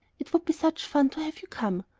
it would be such fun to have you come.